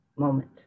moment